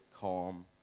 calm